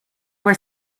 were